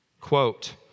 Quote